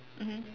mmhmm